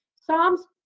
Psalms